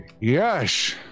Yes